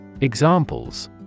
Examples